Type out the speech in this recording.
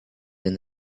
then